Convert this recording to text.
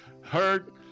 Heard